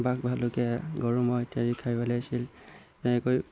বাঘ ভালুকে গৰু ম'হ ইত্যাদি খাই পেলাইছিল তেনেকৈ